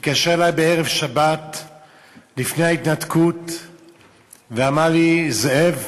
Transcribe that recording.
התקשר אלי בערב שבת לפני ההתנתקות ואמר לי: זאב,